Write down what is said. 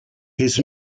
his